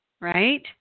right